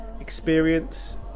experience